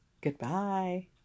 Goodbye